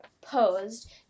posed